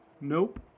Nope